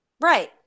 Right